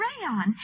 rayon